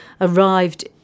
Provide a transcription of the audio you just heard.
arrived